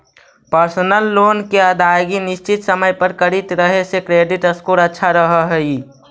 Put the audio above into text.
personal loan के अदायगी निश्चित समय पर करित रहे से क्रेडिट स्कोर अच्छा रहऽ हइ